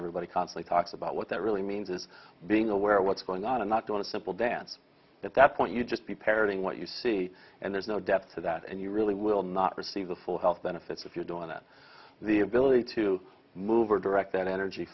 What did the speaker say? everybody conflict talks about what that really means is being aware what's going on and not doing a simple dance at that point you just be parroting what you see and there's no depth to that and you really will not receive the full health benefits if you're doing that the ability to move or direct that energy